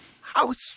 house